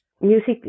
music